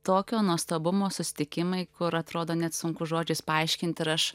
tokio nuostabumo susitikimai kur atrodo net sunku žodžiais paaiškinti ir aš